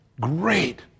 great